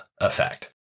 effect